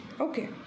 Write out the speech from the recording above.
Okay